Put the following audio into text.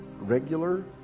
regular